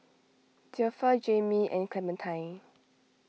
Zilpha Jaimie and Clementine